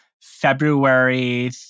February